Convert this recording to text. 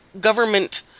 government